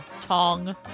Tong